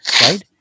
right